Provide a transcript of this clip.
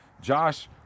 Josh